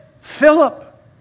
Philip